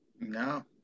No